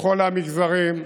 לכל המגזרים,